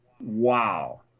Wow